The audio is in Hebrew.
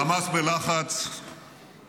חבר הכנסת איימן עודה,